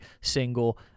single